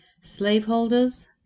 slaveholders